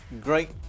great